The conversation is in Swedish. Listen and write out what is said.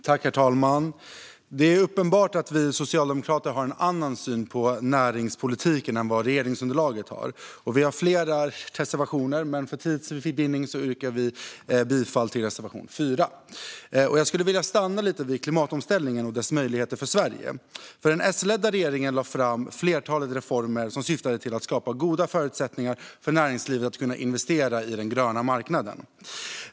Herr talman! Det är uppenbart att vi socialdemokrater har en annan syn på näringspolitiken än vad regeringsunderlaget har. Vi har flera reservationer, men för tids vinning yrkar jag bifall endast till reservation 4. Jag skulle vilja stanna vid klimatomställningen och dess möjligheter för Sverige. Den S-ledda regeringen lade fram ett flertal reformer som syftade till att skapa goda förutsättningar för näringslivet att kunna investera i den gröna marknaden.